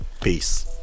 Peace